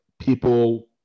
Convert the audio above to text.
people